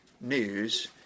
news